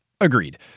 Agreed